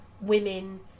women